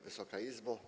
Wysoka Izbo!